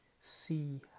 see